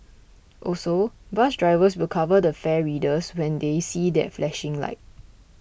also bus drivers will cover the fare readers when they see their flashing light